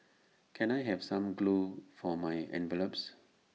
can I have some glue for my envelopes